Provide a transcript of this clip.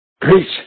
Preach